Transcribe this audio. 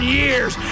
years